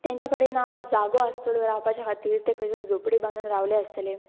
तांच्या कडेन ना जागो आसतलो रावपाच्या खातीर तें खंयतरी झोपडी बांदून रावले आसतले